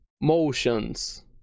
motions